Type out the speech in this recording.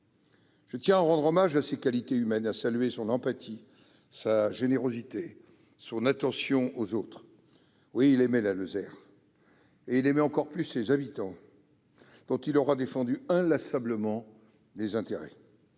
Je tiens à rendre hommage à ses qualités humaines et à saluer son empathie, sa générosité, son attention aux autres. Oui, il aimait la Lozère, et il aimait encore plus ses habitants, dont il aura défendu inlassablement les intérêts.